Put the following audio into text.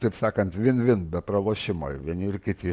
taip sakant win win be pralošimo vieni ir kiti